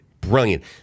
brilliant